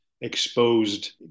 exposed